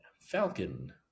Falcon